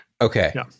okay